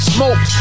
Smoke